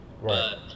Right